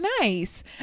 nice